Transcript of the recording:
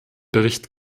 bericht